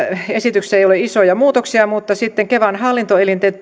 esityksessä ei ole isoja muutoksia mutta kun myös kevan hallintoelinten